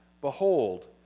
Behold